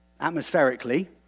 atmospherically